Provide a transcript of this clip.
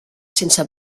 sense